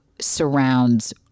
surrounds